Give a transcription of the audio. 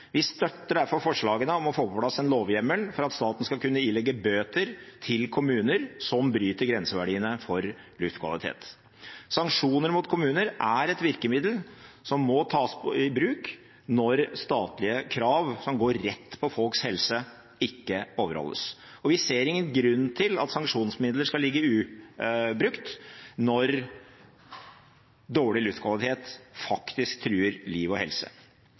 Vi støtter derfor forslaget om å få på plass en lovhjemmel for at staten skal kunne ilegge bøter til kommuner som bryter grenseverdiene for luftkvalitet. Sanksjoner mot kommuner er et virkemiddel som må tas i bruk når statlige krav som går rett på folks helse, ikke overholdes. Vi ser ingen grunn til at sanksjonsmidler skal ligge ubrukt når dårlig luftkvalitet faktisk truer liv og helse.